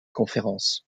conférences